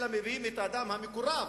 אלא מביאים את האדם המקורב